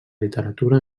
literatura